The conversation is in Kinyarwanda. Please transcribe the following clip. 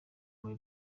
muri